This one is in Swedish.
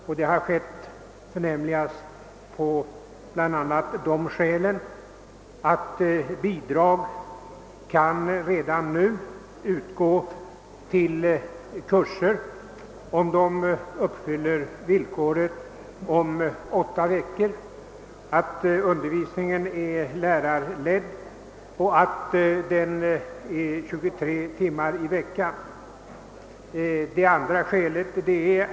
Det första skälet härtill har varit att bidrag redan nu kan utgå till kurser som uppfyller villkoren: åtta veckors längd och 23 timmar i veckan samt lärarledd undervisning.